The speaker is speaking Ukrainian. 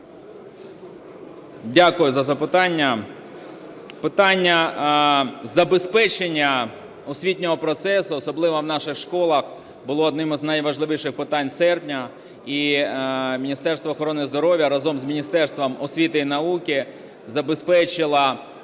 Дякую за запитання. Питання забезпечення освітнього процесу, особливо в наших школах, було одним з найважливіших питань серпня. І Міністерство охорони здоров'я разом з Міністерством освіти і науки забезпечило